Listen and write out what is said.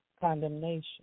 condemnation